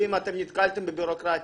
אם אתם נתקלתם בבירוקרטיה,